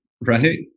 right